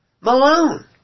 Malone